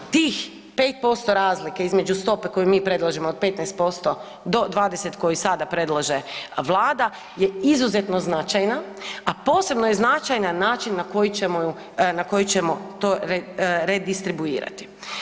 Tih 5% razlike između stope koju mi predlažemo, od 15% do 20% koji sada predlaže Vlada je izuzetno značajna, a posebno je značajna način na koji ćemo ju, na koji ćemo to redistribuirati.